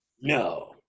No